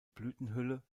blütenhülle